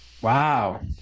Wow